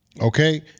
Okay